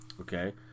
Okay